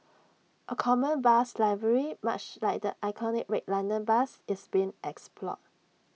A common bus livery much like the iconic red London bus is being explored